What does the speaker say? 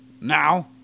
now